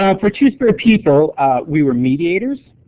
um for two-spirit people we were mediators,